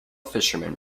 fisherman